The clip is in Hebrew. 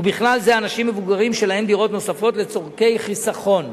ובכלל זה אנשים מבוגרים שלהם דירות נוספות לצורכי חיסכון.